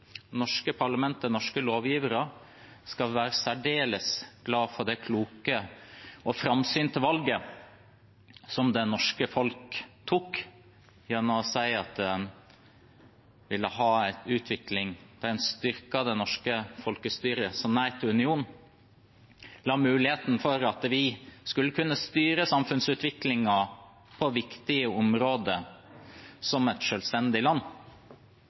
norske parlamentet, norske lovgivere – skal være særdeles glad for det kloke og framsynte valget det norske folk tok gjennom å si at vi ville ha en utvikling som styrket det norske folkestyret, da vi sa nei til en union, noe som ga oss muligheten til å kunne styre samfunnsutviklingen på viktige områder som et selvstendig land.